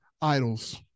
idols